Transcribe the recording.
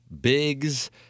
Biggs